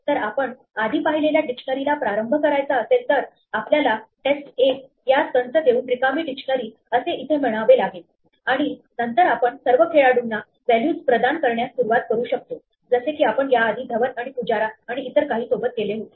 तर आपण आधी पाहिलेल्या डिक्शनरी ला प्रारंभ करायचा असेल तर आपल्याला टेस्ट 1 यास कंस देऊन रिकामी डिक्शनरी असे इथे म्हणावं लागेल आणि नंतर आपण सर्व खेळाडूंना व्हॅल्यूज प्रदान करण्यास सुरुवात करू शकतो जसे की आपण या आधी धवन आणि पुजारा आणि इतर काही सोबत केले होते